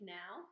now